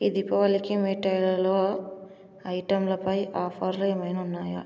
ఈ దీపావళికి మిఠాయిలులో ఐటంలపై ఆఫర్లు ఏమైనా ఉన్నాయా